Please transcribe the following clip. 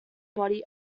body